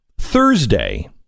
Thursday